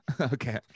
Okay